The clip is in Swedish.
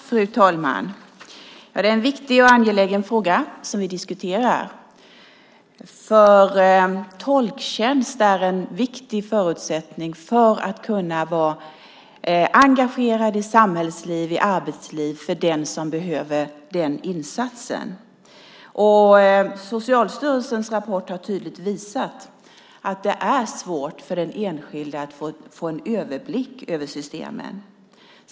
Fru talman! Det är en viktig och angelägen fråga som vi diskuterar. Tolktjänst är en viktig förutsättning för att kunna vara engagerad i samhällsliv och i arbetsliv för den som behöver den insatsen. Socialstyrelsens rapport har tydligt visat att det är svårt för den enskilde att få en överblick över systemen.